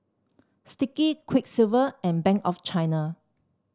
Sticky Quiksilver and Bank of China